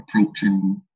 approaching